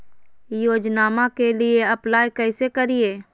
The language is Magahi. योजनामा के लिए अप्लाई कैसे करिए?